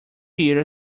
year